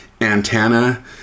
antenna